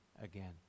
again